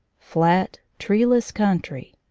flat, treeless country,